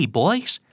boys